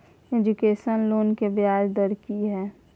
Education loan के ब्याज दर की हय?